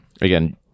again